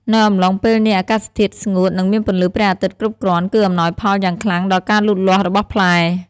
នៅអំឡុងពេលនេះ អាកាសធាតុស្ងួត និងមានពន្លឺព្រះអាទិត្យគ្រប់គ្រាន់ គឺអំណោយផលយ៉ាងខ្លាំងដល់ការលូតលាស់របស់ផ្លែ។